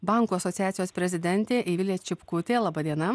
bankų asociacijos prezidentė ivilė čipkutė laba diena